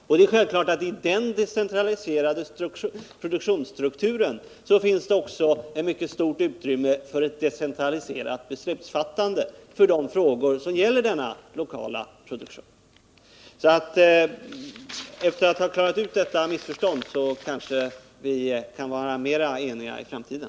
Och det är självklart att i den decentraliserade produktionsstrukturen finns det också mycket stort utrymme för decentraliserat beslutsfattande i de frågor som gäller den lokala produktionen. Efter att ha klarat ut detta missförstånd kanske vi kan vara mer eniga i framtiden.